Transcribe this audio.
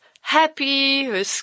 happy